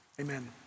Amen